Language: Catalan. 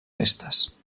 restes